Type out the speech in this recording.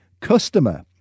customer